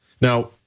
Now